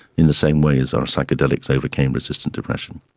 in the same way as our psychedelics overcame resistant depression.